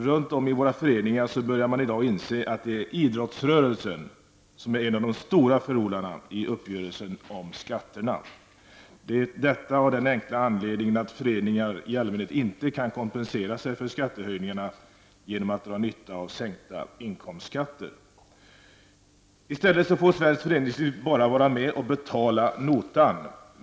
Runt om i våra föreningar börjar man i dag inse att det är idrottsrörelsen som är en av de stora förlorarna i uppgörelsen om skatterna, detta av den enkla anledningen att föreningar i allmänhet inte kan kompensera sig för skattehöjningarna genom att dra nytta av sänkta inkomstskatter. I stället får svenskt föreningsliv bara vara med och betala notan.